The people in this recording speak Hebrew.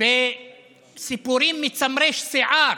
בסיפורים מסמרי שיער,